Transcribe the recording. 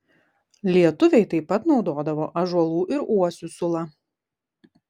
lietuviai taip pat naudodavo ąžuolų ir uosių sulą